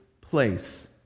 place